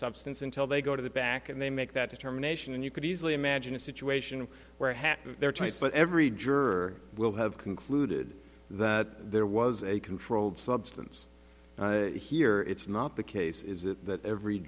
substance until they go to the back and they make that determination and you could easily imagine a situation where they're tight but every juror will have concluded that there was a controlled substance here it's not the case is it that every